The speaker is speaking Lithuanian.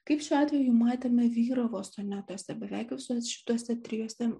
kaip šiuo atveju matėme vyravo sonetuose beveik visuose šituose trijuose